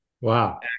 Wow